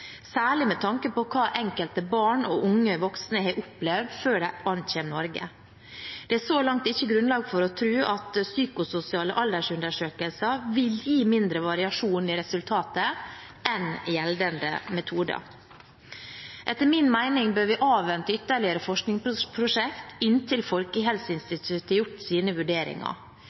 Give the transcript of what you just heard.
særlig med tanke på hva enkelte barn og unge voksne har opplevd før de kommer til Norge. Det er så langt ikke grunnlag for å tro at psykososiale aldersundersøkelser vil gi mindre variasjon i resultatet enn gjeldende metoder. Etter min mening bør vi avvente ytterligere forskningsprosjekt inntil Folkehelseinstituttet har gjort sine vurderinger.